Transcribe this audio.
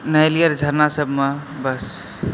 नहेलियै रऽ झड़ना सबमे बस